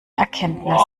erkenntnis